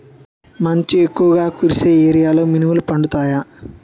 మంచు ఎక్కువుగా కురిసే ఏరియాలో మినుములు పండుతాయా?